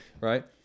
right